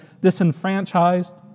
disenfranchised